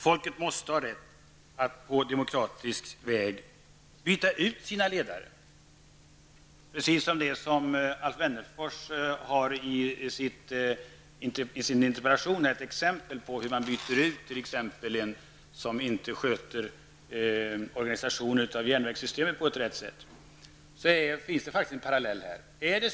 Folket måste ha rätt att på demokratisk väg byta ut sina ledare, precis som Alf Wennerfors i sin interpellation visar exempel på hur man byter ut den som inte skött organisationen av järnvägssystemet på rätt sätt. Det finns faktiskt en parallell här.